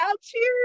cheers